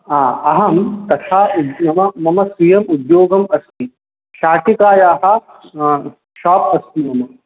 हा अहं साक्षात् मम मम स्वीयम् उद्योगम् अस्ति शाटिकायाः शाप् अस्ति मम